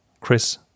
Chris